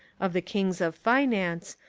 of the kings of finance,